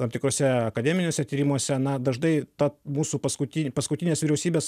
tam tikruose akademiniuose tyrimuose na dažnai ta mūsų paskuti paskutinės vyriausybės